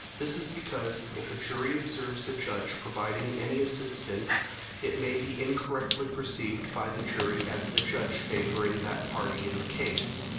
this is because if a jury observes the judge providing any assistance it may be incorrectly perceived by the jury as the judge favoring that party in the case.